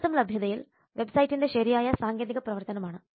system ലഭ്യതയിൽ web സൈറ്റിന്റെ ശരിയായ സാങ്കേതിക പ്രവർത്തനം ആണ്